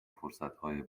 فرصتهای